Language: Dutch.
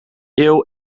eeuw